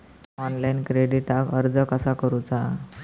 Online क्रेडिटाक अर्ज कसा करुचा?